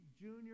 junior